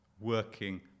working